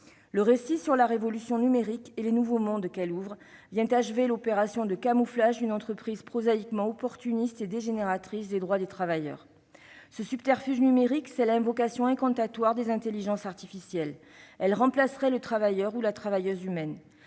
Le récit de la révolution numérique et des nouveaux mondes que celle-ci ouvrirait vient achever l'opération de camouflage d'une entreprise prosaïquement opportuniste et niant les droits des travailleurs. Ce subterfuge numérique, c'est l'invocation incantatoire des intelligences artificielles, qui remplaceraient le travailleur humain.